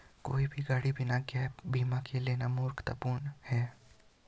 कोई भी गाड़ी बिना गैप बीमा के लेना मूर्खतापूर्ण है